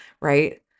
Right